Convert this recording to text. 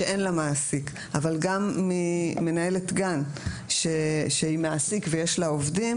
שאין לה מעסיק אבל גגם ממנהלת גן שהיא מעסיק ויש לה עובדים